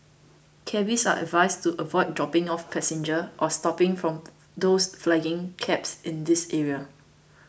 Cabbies are advised to avoid dropping off passenger or stopping from those flagging cabs in these area